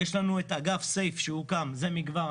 יש אגף סייף שהוקם זה מכבר,